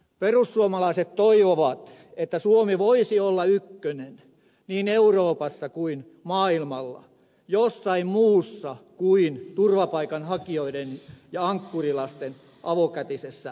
perussuomalaiset toivovat että suomi voisi olla ykkönen niin euroopassa kuin maailmalla jossain muussa kuin turvapaikanhakijoiden ja ankkurilasten avokätisessä rahoittamisessa